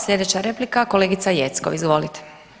Slijedeća replika kolegica Jeckov, izvolite.